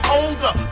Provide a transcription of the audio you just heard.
older